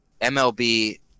MLB